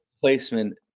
placement